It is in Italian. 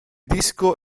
disco